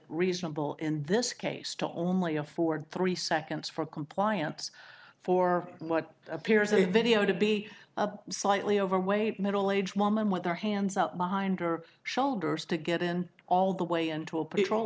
reasonable in this case to only afford three seconds for compliance for what appears a video to be slightly overweight middle aged woman with their hands up behind her shoulders to get in all the way into a patrol